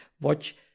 watch